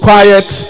quiet